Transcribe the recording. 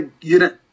unit